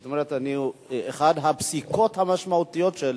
זו אחת הפסיקות המשמעותיות של